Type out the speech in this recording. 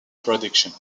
production